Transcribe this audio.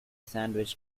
sandwich